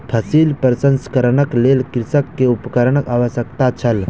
फसिल प्रसंस्करणक लेल कृषक के उपकरणक आवश्यकता छल